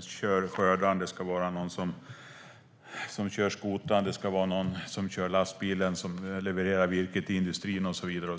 kör skördaren, någon som kör skotaren, någon som kör lastbilen som levererar virket till industrin och så vidare.